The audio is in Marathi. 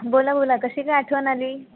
बोला बोला कशी काय आठवण आली